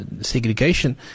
segregation